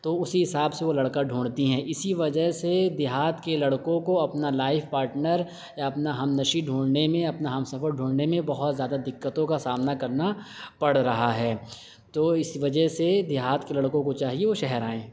تو اسی حساب سے وہ لڑکا ڈھونڈتی ہیں اسی وجہ سے دیہات کے لڑکوں کو اپنا لائف پارٹنر یا اپنا ہم نشیں ڈھونڈنے میں اپنا ہم سفر ڈھونڈنے میں بہت زیادہ دقتوں کا سامنا کرنا پڑ رہا ہے تو اس وجہ سے دیہات کے لڑکوں کو چاہیے وہ شہر آئیں